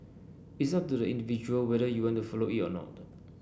it's up to the individual whether you want to follow it or not